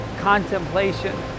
contemplation